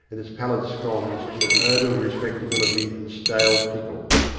and its pallid scones in an odour of respectability and stale pickles.